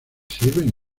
sirven